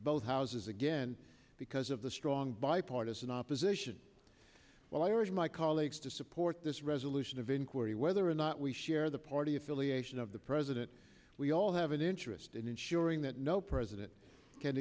both houses again because of the strong bipartisan opposition well i urge my colleagues to support this resolution of inquiry whether or not we share the party affiliation of the president we all have an interest in ensuring that no president can